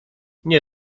nie